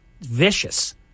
vicious